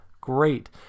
great